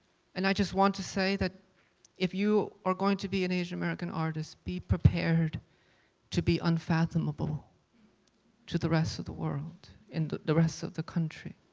and i just want to say that if you are going to be an asian american artist, be prepared to be unfathomable to the rest of the world and the the rest of the country.